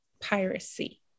piracy